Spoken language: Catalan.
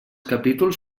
capítols